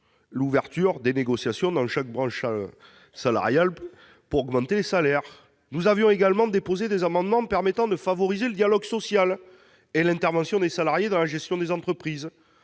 l'ouverture de négociations dans chaque branche professionnelle pour augmenter les salaires. Nous avions également déposé des amendements permettant de favoriser le dialogue social et l'intervention des salariés dans la gestion des entreprises.